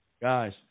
guys